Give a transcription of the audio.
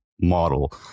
model